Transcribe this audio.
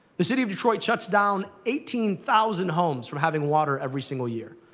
the city of detroit shuts down eighteen thousand homes from having water every single year.